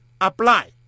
apply